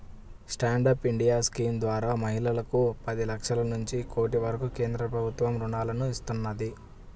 stand up India scheme ద్వారా మహిళలకు పది లక్షల నుంచి కోటి వరకు కేంద్ర ప్రభుత్వం రుణాలను ఇస్తున్నది